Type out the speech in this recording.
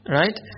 right